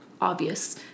obvious